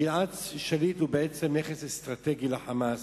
גלעד שליט הוא נכס אסטרטגי ל"חמאס",